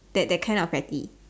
that that kind of petty